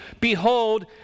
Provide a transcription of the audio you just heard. behold